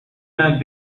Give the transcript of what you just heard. man